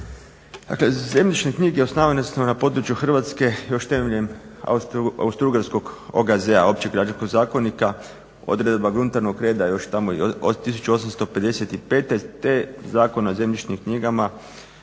zemljišne knjige osnivane su na području Hrvatske još temeljem Austro-Ugarskog OGZ-a, općeg građanskog zakonika, odredba gruntovnog reda još tamo od 1855. te Zakona o zemljišnim knjigama,